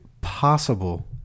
possible